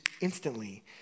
instantly